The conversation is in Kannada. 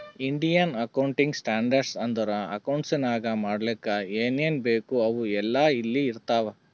ಇಂಡಿಯನ್ ಅಕೌಂಟಿಂಗ್ ಸ್ಟ್ಯಾಂಡರ್ಡ್ ಅಂದುರ್ ಅಕೌಂಟ್ಸ್ ನಾಗ್ ಮಾಡ್ಲಕ್ ಏನೇನ್ ಬೇಕು ಅವು ಎಲ್ಲಾ ಇಲ್ಲಿ ಇರ್ತಾವ